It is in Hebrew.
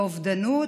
באובדנות.